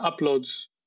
uploads